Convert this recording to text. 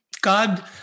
God